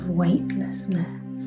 weightlessness